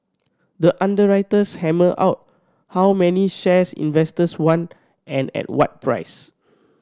the underwriters hammer out how many shares investors want and at what price